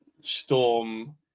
Storm